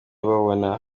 babona